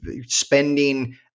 spending